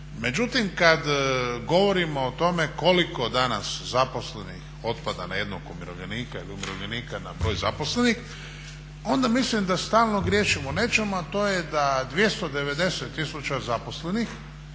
Međutim, kad govorimo o tome koliko danas zaposlenih otpada na jednog umirovljenika ili umirovljenika na broj zaposlenih onda mislim da stalno griješimo u nečemu a to je da 290 tisuća zaposlenih,